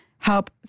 help